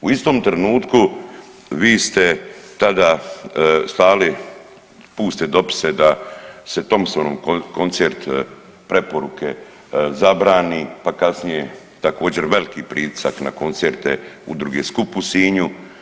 U istom trenutku vi ste tada slali puste dopise da se Thompsonov koncert preporuke zabrani pa kasnije također veliki pritisak na koncerte udruge … u Sinju.